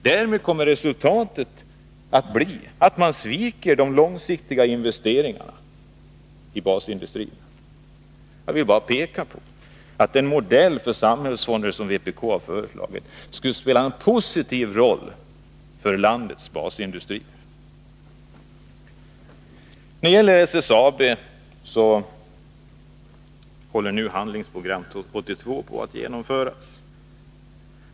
Därmed kommer resultatet att bli att man sviker de långsiktiga investeringarna i basindustrin. Jag vill bara peka på att den modell för samhällsfonder som vpk har föreslagit skulle spela en positiv roll för landets basindustri. När det gäller SSAB håller nu Handlingsprogram 82 på att genomföras.